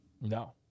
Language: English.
No